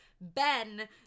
Ben